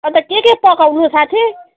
अन्त के के पकाउनु साथी